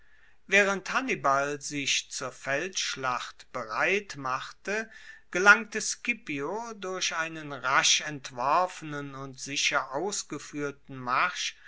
waehrend hannibal sich zur feldschlacht bereit machte gelangte scipio durch einen rasch entworfenen und sicher ausgefuehrten marsch